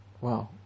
Wow